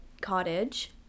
cottage